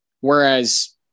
Whereas